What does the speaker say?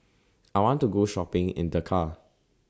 I want to Go Shopping in Dakar